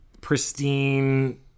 pristine